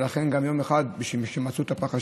ולכן גם יום אחד שמצאו את פך השמן.